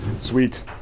Sweet